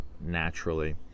naturally